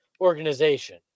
organization